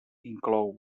inclou